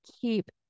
keep